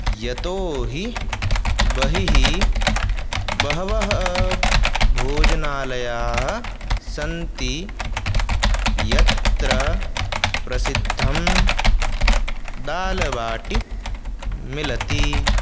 यतोऽहि बहिः बहवः भोजनालयाः सन्ति यत्र प्रसिद्धं दालबाटी मिलति